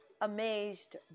amazed